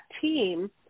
team